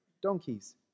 donkeys